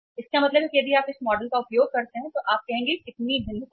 इसका मतलब है कि यदि आप इस मॉडल का उपयोग करते हैं तो आप कहेंगे कि कितना भिन्नता है